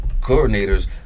coordinators